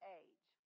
age